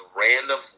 random